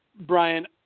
Brian